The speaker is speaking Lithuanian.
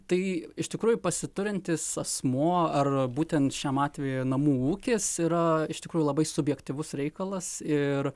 tai iš tikrųjų pasiturintis asmuo ar būtent šiam atvejui namų ūkis yra iš tikrųjų labai subjektyvus reikalas ir